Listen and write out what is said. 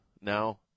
now